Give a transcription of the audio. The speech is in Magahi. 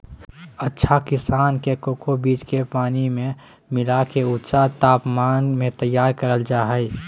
अच्छा किसम के कोको बीज के पानी मे मिला के ऊंच तापमान मे तैयार करल जा हय